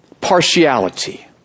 partiality